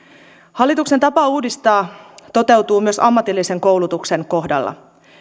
hallituksen tapa uudistaa toteutuu myös ammatillisen koulutuksen kohdalla